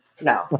No